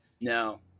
No